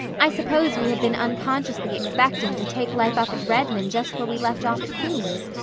i suppose we have been unconsciously expecting to take life up at redmond just where we left off at queen's,